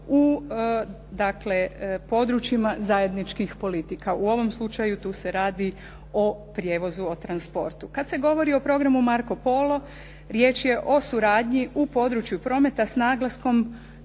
područjima zajedničkih politika. U ovom slučaju tu se radi o prijevozu, o transportu. Kad se govori o programu Marko Polo riječ je o suradnji u području prometa s naglaskom